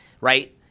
right